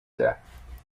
death